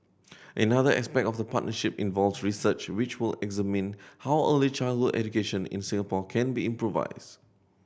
another aspect of the partnership involves research which will examine how early childhood education in Singapore can be improved